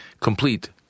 Complete